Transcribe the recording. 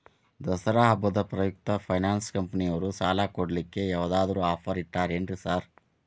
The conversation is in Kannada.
ದಸರಾ ಹಬ್ಬದ ಪ್ರಯುಕ್ತ ಫೈನಾನ್ಸ್ ಕಂಪನಿಯವ್ರು ಸಾಲ ಕೊಡ್ಲಿಕ್ಕೆ ಯಾವದಾದ್ರು ಆಫರ್ ಇಟ್ಟಾರೆನ್ರಿ ಸಾರ್?